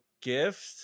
gift